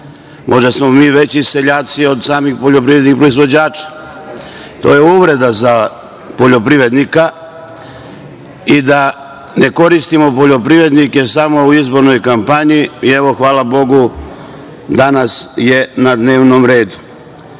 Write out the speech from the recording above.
možda smo mi veći seljaci od samih poljoprivrednih proizvođača, to je uvreda za poljoprivrednika, i da ne koristimo poljoprivrednike samo u izbornoj kampanji i, evo, hvala bogu, danas je na dnevnom